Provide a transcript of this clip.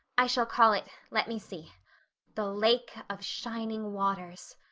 i shall call it let me see the lake of shining waters.